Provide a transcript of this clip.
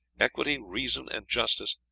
equity, reason, and justice,